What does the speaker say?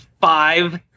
five